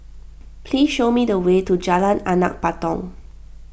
please show me the way to Jalan Anak Patong